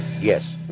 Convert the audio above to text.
Yes